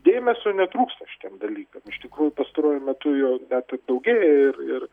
dėmesio netrūksta šitiem dalykam iš tikrųjų pastaruoju metu jo net ir daugėja ir ir